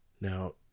Now